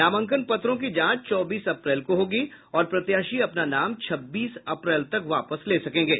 नामांकन पत्रों की जांच चौबीस अप्रैल को होगी और प्रत्याशी अपना नाम छब्बीस अप्रैल तक वापस ले सकेंगे